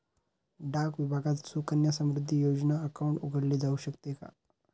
डाक विभागात सुकन्या समृद्धी योजना अकाउंट उघडले जाऊ शकते का?